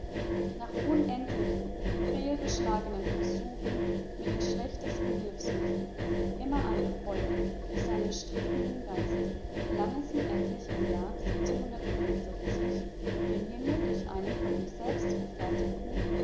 nach unendlichen fehlgeschlagenen versuchen mit den schlechtesten hilfsmitteln immer angefeuert durch seinen strebenden geist gelang es ihm endlich im jahre den himmel durch einen von ihm selbst verfertigten